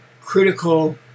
critical